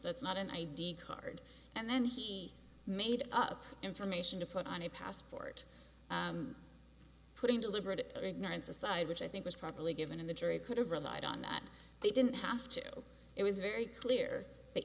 that's not an id card and then he made up information to put on a passport putting deliberate ignorance aside which i think was probably given in the jury could have relied on that they didn't have to it was very clear that